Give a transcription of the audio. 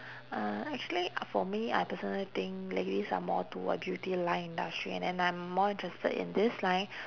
uh actually for me I personally think ladies are more to a beauty line industry and then I'm more interested in this line